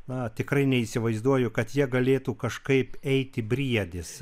na tikrai neįsivaizduoju kad ja galėtų kažkaip eiti briedis